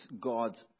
God's